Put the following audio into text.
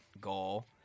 goal